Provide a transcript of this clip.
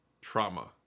trauma